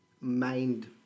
mind